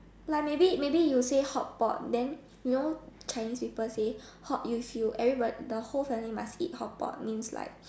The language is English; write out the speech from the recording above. like maybe maybe you say hotpot then you know Chinese people say hot use feel everybody the whole family must eat hotpot means like